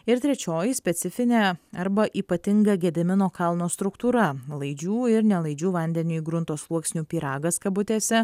ir trečioji specifinė arba ypatinga gedimino kalno struktūra laidžių ir nelaidžių vandeniui grunto sluoksnių pyragas kabutėse